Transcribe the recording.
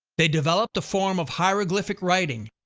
they developed a form of hieroglyphic writing,